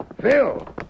Phil